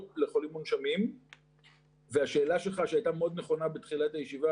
לחולים מונשמים והשאלה שלך שהייתה מאוד נכונה בתחילת הישיבה,